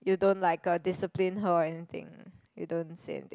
you don't like uh discipline her or anything you don't say anything